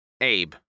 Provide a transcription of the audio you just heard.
Abe